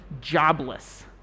jobless